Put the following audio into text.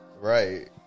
Right